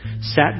sat